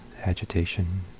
agitation